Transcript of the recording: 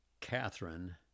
Catherine